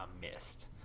missed